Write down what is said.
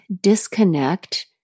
disconnect